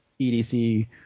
EDC